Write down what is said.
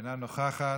אינה נוכחת,